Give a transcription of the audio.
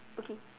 okay